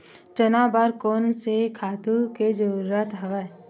चना बर कोन से खातु के जरूरत हवय?